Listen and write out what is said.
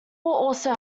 also